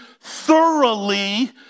thoroughly